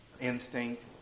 instinct